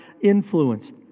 influenced